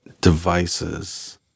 devices